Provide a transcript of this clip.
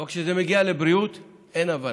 אבל כשזה מגיע לבריאות, אין הבנה,